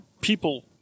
people